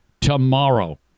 tomorrow